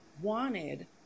wanted